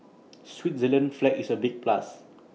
Switzerland's flag is A big plus